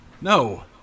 No